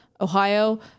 Ohio